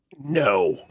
No